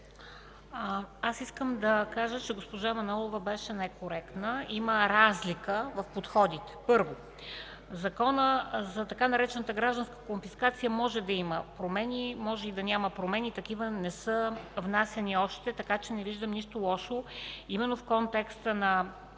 Искам да кажа, че госпожа Манолова беше некоректна. Има разлика в подходите. Първо, в Закона за гражданска конфискация може да има, може и да няма промени. Такива не са внасяни още. Така че не виждам нищо лошо именно в контекста на